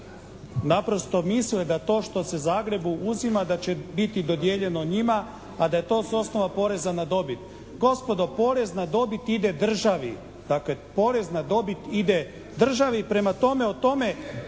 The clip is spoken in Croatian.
naprosto misle da to što se Zagrebu uzima da će biti dodijeljeno njima, a da je to s osnova poreza na dobit. Gospodo, porez na dobit ide državi. Dakle, porez na dobit ide države i prema tome, o tome